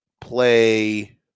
play